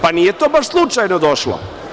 Pa, nije to baš slučajno došlo.